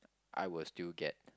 I will still get